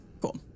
cool